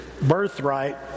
birthright